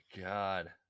God